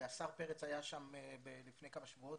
השר פרץ היה שם לפני כמה שבועות,